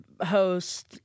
host